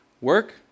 Work